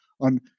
on